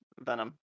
venom